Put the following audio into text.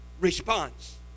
response